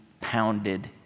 pounded